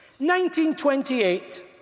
1928